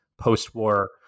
post-war